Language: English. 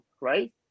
right